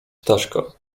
staszka